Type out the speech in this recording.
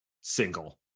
single